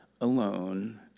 alone